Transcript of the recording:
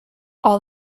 all